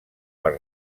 per